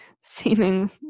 seeming